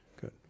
Good